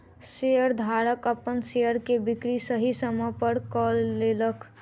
शेयरधारक अपन शेयर के बिक्री सही समय पर कय लेलक